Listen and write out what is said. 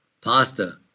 pasta